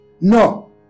No